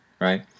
right